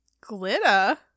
Glitter